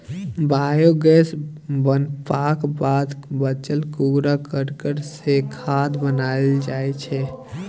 biogas बनबाक बाद बचल कुरा करकट सँ खाद बनाएल जाइ छै